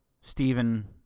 Stephen